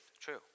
true